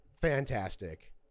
Fantastic